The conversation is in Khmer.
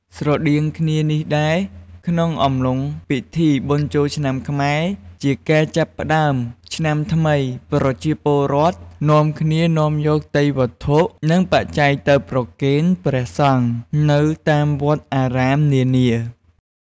ស្រដៀងគ្នានេះដែរ ក្នុងអំឡុង ពិធីបុណ្យចូលឆ្នាំខ្មែរ ដែលជាការចាប់ផ្ដើមឆ្នាំថ្មី ប្រជាពលរដ្ឋនាំគ្នានាំយកទេយ្យវត្ថុ និងបច្ច័យទៅប្រគេនព្រះសង្ឃនៅតាមវត្តអារាមនានា។